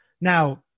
Now